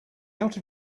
out